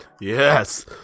Yes